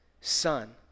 son